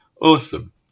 Awesome